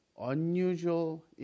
unusual